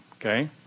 okay